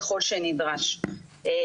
ככול שנדרש.